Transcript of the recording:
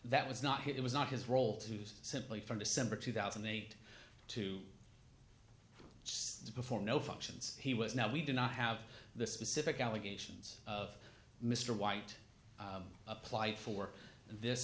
that was not it was not his role to simply from december two thousand and eight to before no functions he was now we do not have the specific allegations of mr white apply for this